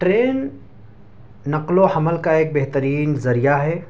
train نقل و حمل کا ایک بہترین ذریعہ ہے